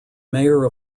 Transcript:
mayor